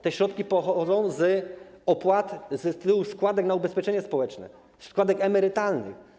Te środki pochodzą z tytułu składek na ubezpieczenie społeczne, składek emerytalnych.